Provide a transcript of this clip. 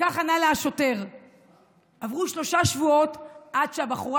שכך ענה לה השוטר עברו שלושה שבועות עד שהבחורה